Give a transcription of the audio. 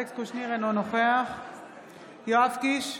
אלכס קושניר, אינו נוכח יואב קיש,